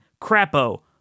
Crapo